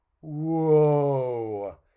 Whoa